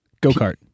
go-kart